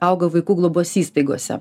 auga vaikų globos įstaigose